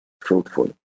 fruitful